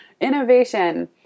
innovation